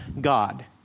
God